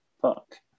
fuck